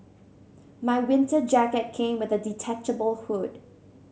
my winter jacket came with a detachable hood